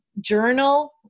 journal